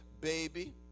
baby